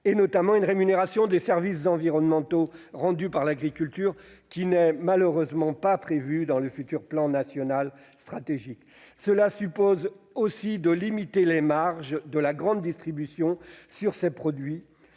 notamment par une rémunération des services environnementaux rendus par l'agriculture, qui n'est malheureusement pas prévue dans le futur Plan national stratégique. Cela suppose aussi de limiter les marges de la grande distribution sur ces produits.